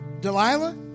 Delilah